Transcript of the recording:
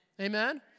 Amen